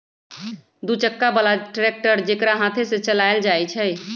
दू चक्का बला ट्रैक्टर जेकरा हाथे से चलायल जाइ छइ